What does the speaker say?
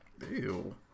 Ew